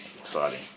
exciting